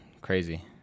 Crazy